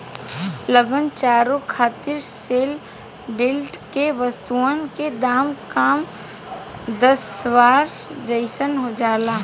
लगान चोरी खातिर सेल डीड में वस्तुअन के दाम कम दरसावल जाइल जाला